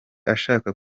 ashaka